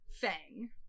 Fang